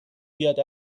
بیاد